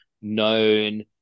known